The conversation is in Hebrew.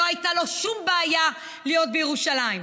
לא הייתה לו שום בעיה להיות בירושלים.